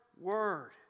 word